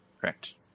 Correct